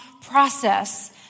process